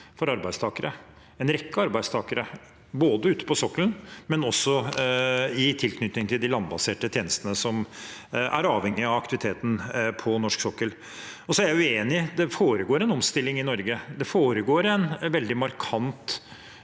for arbeidstakere – en rekke arbeidstakere, både ute på sokkelen og også i tilknytning til de landbaserte tjenestene som er avhengig av aktiviteten på norsk sokkel. Jeg er uenig. Det foregår en omstilling i Norge. Det foregår en veldig markant